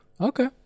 okay